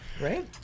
Right